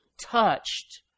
touched